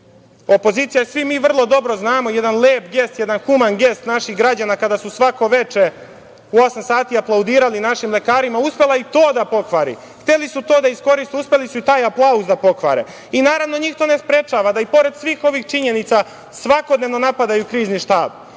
opozicija je, svi mi vrlo dobro znamo, jedan lep gest, jedan human gest naših građana kada su svako veče u osam sati aplaudirali našim lekarima, uspela i to da pokvari. Hteli su to da iskoriste, uspeli su i taj aplauz da pokvare. Naravno njih to ne sprečava da i pored svih ovih činjenica svakodnevno napadaju krizni štab.